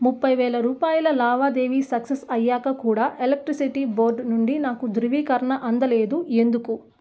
ముప్పై వేల రూపాయల లావాదేవీ సక్సస్ అయ్యాక కూడా ఎలక్ట్రిసిటీ బోర్డు నుండి నాకు ధ్రువీకరణ అందలేదు ఎందుకు